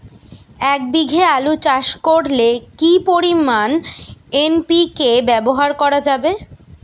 এক বিঘে আলু চাষ করলে কি পরিমাণ এন.পি.কে ব্যবহার করা যাবে?